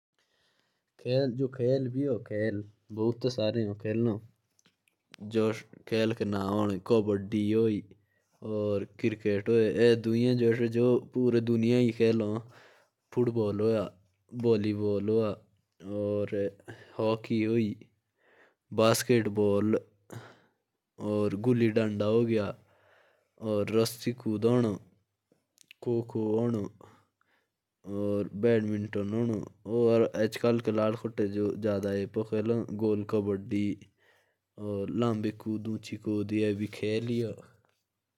Kabaddi. Cricket. Football. Basketball. गोल कबड्डी। रस्सी कूद। खो खो। चूरा। गिल्ली डंडा।